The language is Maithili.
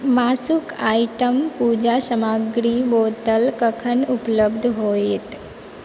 मासुक आइटम पूजा सामग्री बोतल कखन उपलब्ध होयत